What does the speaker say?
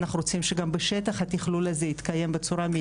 אנחנו רוצים שגם בשטח התכלול הזה יתקיים בצורה מיטבית.